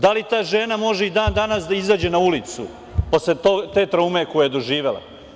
Da li ta žena može i dan-danas da izađe na ulicu, posle te traume koju je doživela?